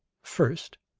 first,